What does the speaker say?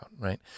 right